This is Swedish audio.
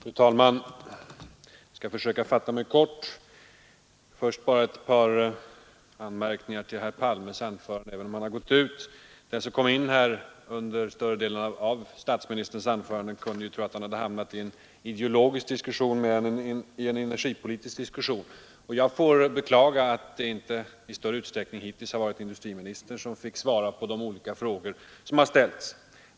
Fru talman! Jag skall försöka fatta mig kort. Först bara ett par anmärkningar till herr Palmes anförande, även om han nu lämnat kammaren. Den som kom in i kammaren under statsministerns anförande kunde ju tro att han hade hamnat i en ideologisk diskussion snarare än i en energipolitisk diskussion, och jag beklagar att det hittills inte i större utsträckning har varit industriministern som svarat på de olika frågor som ställts.